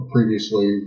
Previously